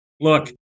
Look